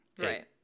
Right